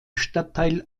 stadtteil